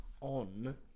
on